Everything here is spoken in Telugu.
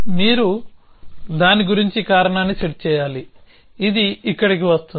మీరు దాని గురించి కారణాన్ని సెట్ చేయాలి ఇది ఇక్కడకు వస్తుంది